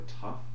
tough